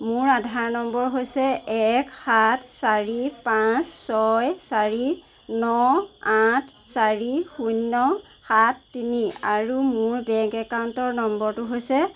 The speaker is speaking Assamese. মোৰ আধাৰ নম্বৰ হৈছে এক সাত চাৰি পাঁচ ছয় চাৰি ন আঠ চাৰি শূন্য সাত তিনি আৰু মোৰ বেংক একাউণ্ট নম্বৰটো হৈছে